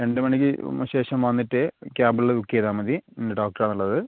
രണ്ട് മണിക്ക് ശേഷം വന്നിട്ട് കേബിളിൽ ബുക്ക് ചെയ്താൽ മതി ഇന്ന ഡോക്ടർ ആണെന്ന് ഉള്ളത്